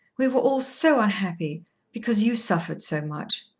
we were all so unhappy because you suffered so much.